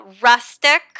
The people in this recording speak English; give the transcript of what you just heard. rustic